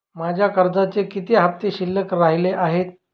माझ्या कर्जाचे किती हफ्ते शिल्लक राहिले आहेत?